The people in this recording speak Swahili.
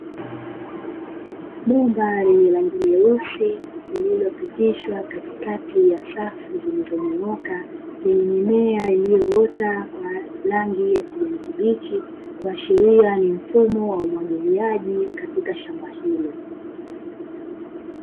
Bomba lenye rangi nyeusi lililopitishwa katikati ya safu zilizonyooka, zenye mimea iliyoota kwa rangi ya kijani kibichi kuashiria ni mfumo wa umwagiliaji katika shamba hilo.